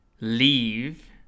Leave